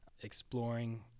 Exploring